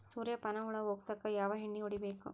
ಸುರ್ಯಪಾನ ಹುಳ ಹೊಗಸಕ ಯಾವ ಎಣ್ಣೆ ಹೊಡಿಬೇಕು?